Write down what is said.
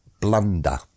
blunder